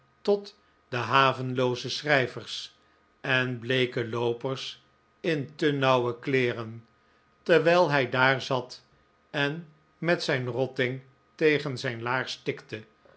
tot de havenlooze schrijvers en bleeke loopers in te nauwe kleeren terwijl hij daar zat en met zijn rotting tegen zijn laars tikte